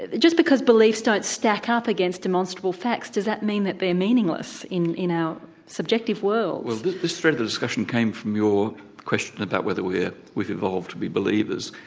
and just because beliefs don't stack up against demonstrable facts does that mean that they're meaningless in our you know subjective world? well this thread of the discussion came from your question about whether we've we've evolved to be believers.